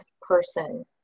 person